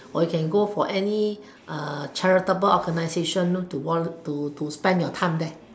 or you can go for any charitable organisation to to to spend your time there